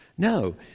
No